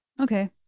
Okay